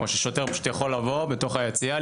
או ששוטר פשוט יכול לבוא לתוך היציע,